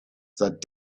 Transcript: that